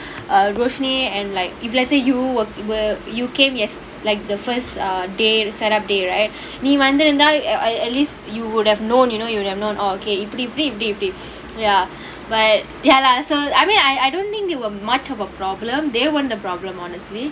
roshni and like if let's say you were were you came you like the first err day to set up they right நீ வந்திருந்தா:nee vanthirunthaa err at least you would have known you know you'd have known oh okay இப்டி இப்டி இப்டி இப்டி:ipdi ipdi ipdi ipdi ya but ya lah so I mean I I don't think they were much of a problem they want the problem honestly